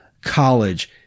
college